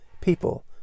people